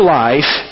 life